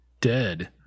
dead